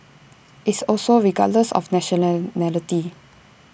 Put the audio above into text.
it's also regardless of national